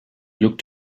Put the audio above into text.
looked